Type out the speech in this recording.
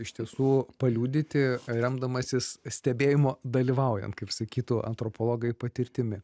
iš tiesų paliudyti remdamasis stebėjimo dalyvaujant kaip sakytų antropologai patirtimi